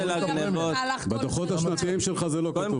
הנושא של הגניבות --- בדוחות השנתיים שלך זה לא כתוב.